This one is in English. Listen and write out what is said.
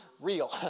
real